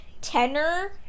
tenor